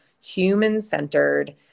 human-centered